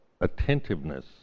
attentiveness